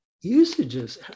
usages